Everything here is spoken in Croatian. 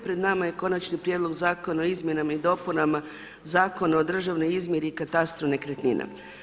Pred nama je konačni prijedlog Zakona o izmjenama i dopunama Zakona o državnoj izmjeri i katastru nekretnina.